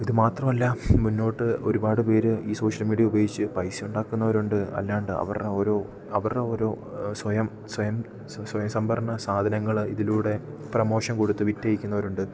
ഇത് മാത്രമല്ല മുന്നോട്ട് ഒരുപാട് പേർ ഈ സോഷ്യൽ മീഡിയ ഉപയോഗിച്ചു പൈസ ഉണ്ടാക്കുന്നവരുണ്ട് അല്ലാതെ അവരുടെ ഓരോ അവരെ ഓരോ സ്വയം സ്വയം സ്വയംസംഭരണ സാധനങ്ങൾ ഇതിലൂടെ പ്രമോഷൻ കൊടുത്ത് വിറ്റ് അഴിക്കുന്നവരുമുണ്ട്